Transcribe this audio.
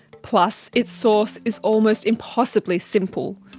plus, its source is almost impossibly simple.